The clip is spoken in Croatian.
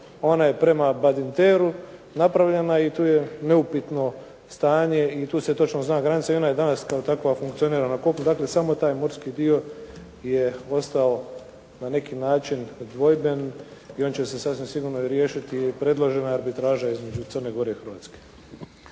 ona je prema badinteru napravljena i tu je neupitno stanje i tu se točno zna granica i ona je danas kao takva funkcionira na kopnu, dakle samo taj morski dio je ostao na neki način dvojben i on će se sasvim sigurno i riješiti i predložena je arbitraža između Crne Gore i Hrvatske.